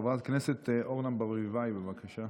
חברת הכנסת אורנה ברביבאי, בבקשה.